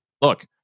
look